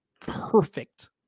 Perfect